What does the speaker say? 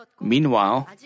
Meanwhile